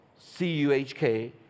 CUHK